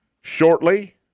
shortly